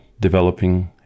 developing